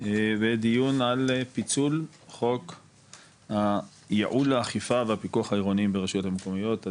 לדיון בפיצול החוק לייעול האכיפה והפיקוח העירוניים ברשויות המקומיות.